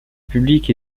public